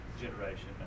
generation